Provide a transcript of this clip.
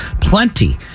Plenty